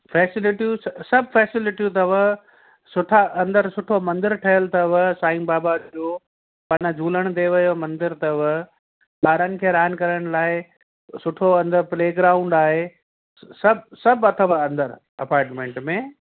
फ़ैसिलिटियूं स सभु फैसिलिटियूं अथव सुठा अंदरि सुठो मंदिर ठहियलु अथव साईं बाबा जो मना झूलण देव जो मंदिर अथव ॿारनि खे रांदि करण लाइ सुठो अंदरि प्लेग्राऊंड आहे स सभु सभु अथव अंदरि अपार्टमेंट में